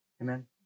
Amen